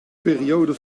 periode